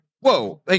whoa